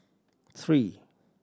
three